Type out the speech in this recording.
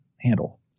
handle